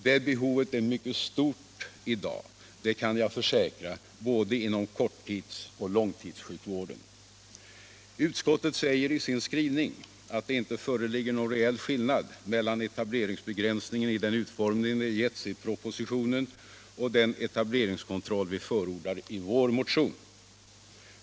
Det behovet är mycket stort i dag, det kan jag försäkra, inom både korttidsoch långtidssjukvården. Utskottet säger i sin skrivning att det inte föreligger någon reell skillnad mellan etableringsbegränsningen i den utformning den getts i propositionen och den etableringskontroll vi förordar i vår motion.